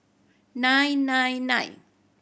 nine nine nine